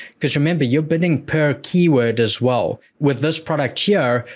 because remember you're bidding per keyword as well. with this product here,